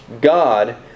God